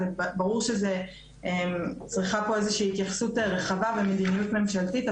ברור שצריכה להיות פה התייחסות רחבה ומדיניות ממשלתית,